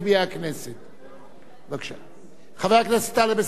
חבר הכנסת טלב אלסאנע, נא להקריא את שאלתך בנושא: